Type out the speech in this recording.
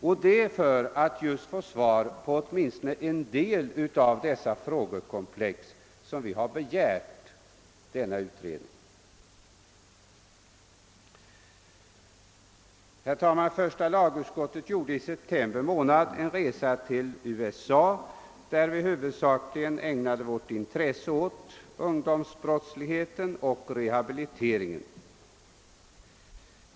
Och det är just för att få fram svar på en del av dessa frågor som vi har begärt en utredning. Herr talman! Första lagutskottet gjorde i september månad en resa till USA, där vi huvudsakligen ägnade vårt intresse åt ungdomsbrottsligheten och rehabiliteringen.